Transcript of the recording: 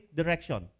direction